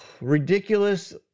ridiculous